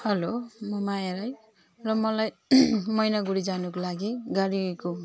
hello म माया राई र मलाई मैनागुडी जानुको लागि गाडीको